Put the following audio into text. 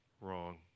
wrong